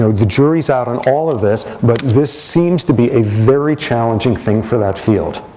so the jury's out on all of this. but this seems to be a very challenging thing for that field.